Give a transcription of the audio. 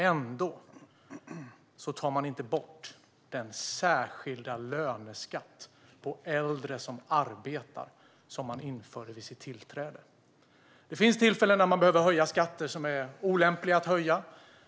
Ändå tar man inte bort den särskilda löneskatt för äldre som arbetar som man införde vid sitt tillträde. Det finns tillfällen när man behöver höja skatter som är olämpliga att höja.